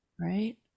Right